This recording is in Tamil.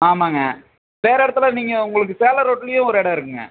ஆமாங்க வேற இடத்துல நீங்கள் உங்களுக்கு சேலம் ரோட்லயும் ஒரு இடம் இருக்குதுங்க